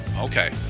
Okay